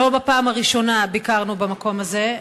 אנחנו לא בפעם הראשונה במקום הזה.